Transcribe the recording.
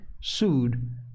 sued